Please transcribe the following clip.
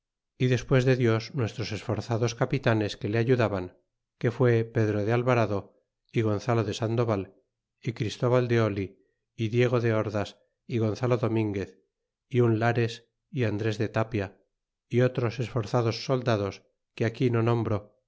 y despues de dios nues tros esforzados capitanes que le ayudaban que fue pedro de alvarado é gonzalo de sandoval y christóbal de oli y diego de ordas é gonzalo dominguez y un lares é andres de tapia y otros esforzados soldados que aquí no nombro